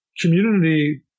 community